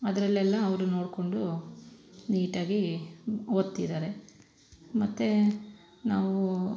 ಅದರಲ್ಲೆಲ್ಲಾ ಅವರು ನೋಡಿಕೊಂಡು ನೀಟಾಗಿ ಓದ್ತಿದ್ದಾರೆ ಮತ್ತು ನಾವು